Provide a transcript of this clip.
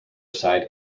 side